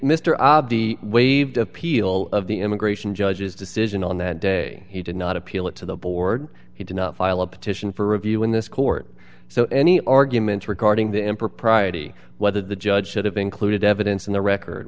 abdi waived appeal of the immigration judge's decision on that day he did not appeal it to the board he did not file a petition for review in this court so any arguments regarding the impropriety whether the judge should have included evidence in the record